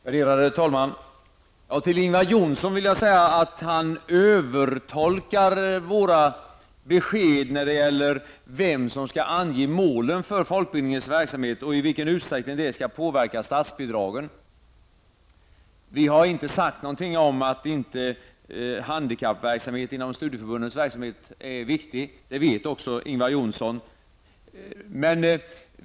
Värderade talman! Till Ingvar Johnsson vill jag säga att han övertolkar våra besked när det gäller vem som skall ange målen för folkbildningens verksamhet och i vilken utsträckning det skall påverka statsbidragen. Vi har inte sagt någonting om att handikappverksamhet inom studieförbunden inte är viktig. Det vet också Ingvar Johnsson.